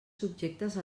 subjectes